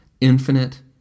Infinite